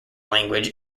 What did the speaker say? language